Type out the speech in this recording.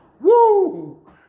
woo